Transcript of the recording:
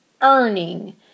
earning